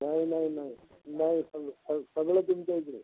नाही नाही नाही नाही स सगळं तुमच्याइकडे